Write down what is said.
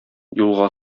юлга